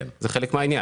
זה חלק מהעניין.